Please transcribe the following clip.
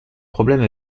problèmes